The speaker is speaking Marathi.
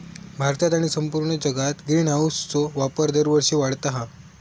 भारतात आणि संपूर्ण जगात ग्रीनहाऊसचो वापर दरवर्षी वाढता हा